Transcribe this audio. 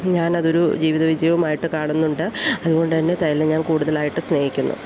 ഞാൻ അതൊരു ജീവിത വിജയവുമായിട്ട് കാണുന്നുണ്ട് അതുകൊണ്ടു തന്നെ തയ്യൽ ഞാൻ കൂടുതലായിട്ട് സ്നേഹിക്കുന്നു